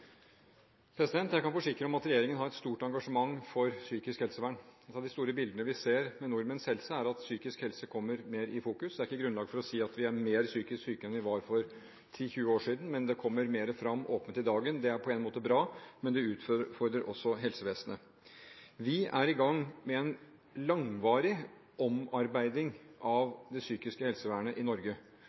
Jeg kan forsikre om at regjeringen har et stort engasjement for psykisk helsevern. Et av de store bildene vi ser ved nordmenns helse, er at psykisk helse kommer mer i fokus. Det er ikke grunnlag for å si at vi er mer psykisk syke enn vi var for 10–20 år siden, men det kommer mer fram åpent i dagen. Det er på en måte bra, men det utfordrer også helsevesenet. Vi er i gang med en langvarig omarbeiding av det psykiske helsevernet i Norge